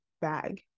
bag